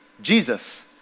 Jesus